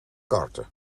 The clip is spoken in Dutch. karten